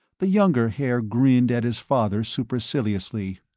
the younger haer grinned at his father superciliously.